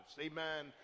Amen